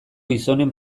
gizonen